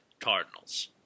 Cardinals